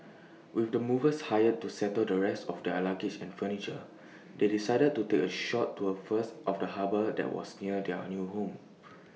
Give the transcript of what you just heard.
with the movers hired to settle the rest of their luggage and furniture they decided to take A short tour first of the harbour that was near their new home